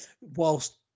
whilst